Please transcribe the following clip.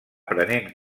prenent